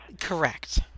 correct